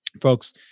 folks